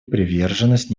приверженность